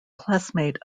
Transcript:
classmate